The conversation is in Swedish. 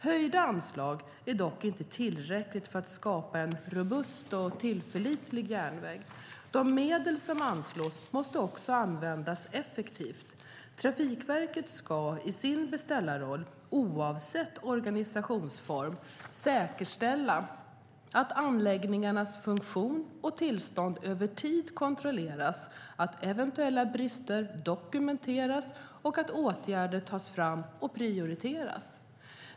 Höjda anslag är dock inte tillräckligt för att skapa en robust och tillförlitlig järnväg. De medel som anslås måste också användas effektivt. Trafikverket ska i sin beställarroll oavsett organisationsform säkerställa att anläggningarnas funktion och tillstånd över tid kontrolleras, att eventuella brister dokumenteras och att åtgärder tas fram och prioriteras.